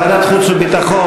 ועדת חוץ וביטחון.